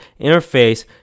interface